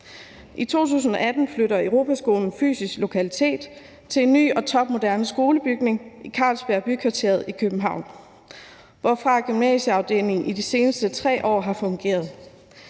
I 2018 flytter Europaskolen fysisk lokalitet til en ny og topmoderne skolebygning i Carlsbergbykvarteret i København, hvorfra gymnasieafdelingen i de seneste 3 år har fungeret.